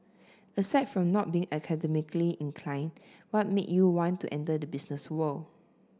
aside from not being academically inclined what made you want to enter the business world